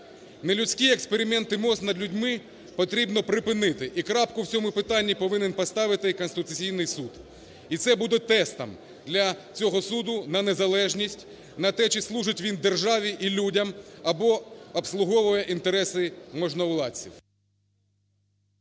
Нелюдські експерименти МОЗ над людьми потрібно припинити, і крапку в цьому питанні повинен поставити Конституційний Суд. І це буде тестом для цього суду на незалежність, на те, чи служить він державі і людям або обслуговує інтереси можновладців.